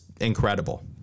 incredible